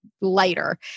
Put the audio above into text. lighter